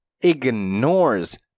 ignores